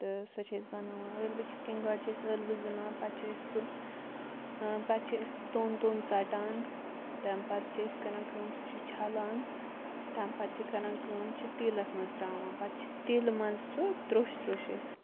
تہٕ سۄ چھِ أسۍ بَناوان ٲلوٕ کِتھٕ کٔنۍ گۄڈٕ چھِ أسۍ ٲلوٕ زِلان پَتہٕ چھِ أسۍ سُہ پَتہٕ چھِ چھِ أسۍ سُہ توٚن توٚن ژَٹان تَمہِ پَتہٕ چھِ أسۍ کَران کٲم سُہ چھِ چھَلان تَمہِ پَتہٕ چھِ کَران کٲم چھِ تیٖلَس مَنٛز ترٛاوان پَتہٕ چھِ تیٖلہٕ منٛز سُہ ترٛوٚش ترٛوٚش أسۍ